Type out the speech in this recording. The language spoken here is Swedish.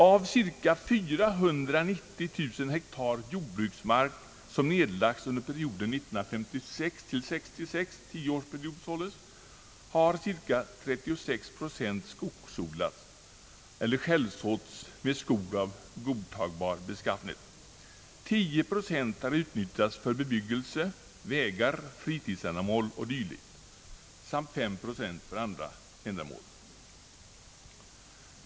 Av cirka 490 000 hektar jordbruksmark som nedlagts under perioden 1956—1966 har cirka 36 procent skogsodlats eller självsåtts med skog av godtagbar beskaffenhet. 10 procent har utnyttjats för bebyggelse, vägar, fritidsändamål och dylikt samt 5 procent för andra ändamål.